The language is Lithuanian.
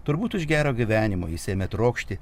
turbūt iš gero gyvenimo jis ėmė trokšti